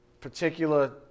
particular